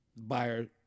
Buyer